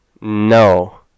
No